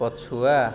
ପଛୁଆ